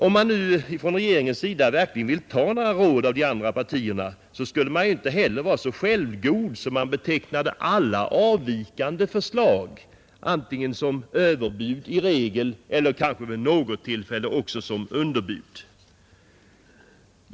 Om nu regeringen verkligen ville ta några råd av de andra partierna, skulle man heller inte vara så självgod att man betecknade alla avvikande förslag antingen som överbud — i regel — eller kanske vid något tillfälle som underbud.